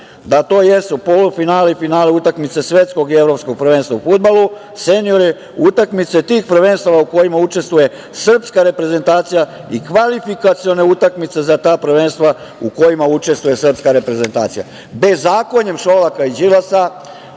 da to jesu polufinale i finale utakmice svetskog i evropskog prvenstva u fudbalu, seniore utakmice tih prvenstava u kojima učestvuje srpska reprezentacija i kvalifikaciona utakmica za ta prvenstva u kojima učestvuje srpska reprezentacija. Bezakonjem Šolaka i Đilasa